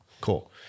Cool